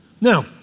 Now